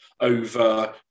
over